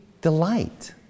delight